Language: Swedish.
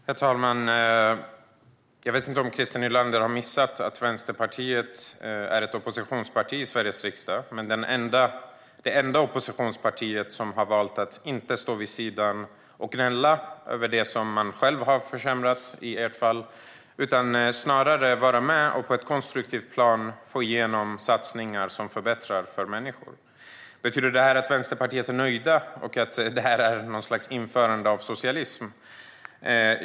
Herr talman! Jag vet inte om Christer Nylander har missat att Vänsterpartiet är ett oppositionsparti i Sveriges riksdag. Det är det enda oppositionspartiet som har valt att inte stå vid sidan och gnälla över det som man i ert fall själv har försämrat utan snarare vara med och på ett konstruktivt plan få igenom satsningar som förbättrar för människor. Betyder det att Vänsterpartiet är nöjt och att det är något slags införande av socialism?